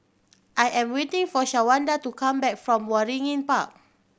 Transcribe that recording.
I am waiting for Shawanda to come back from Waringin Park